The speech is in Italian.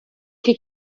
che